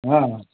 ହଁ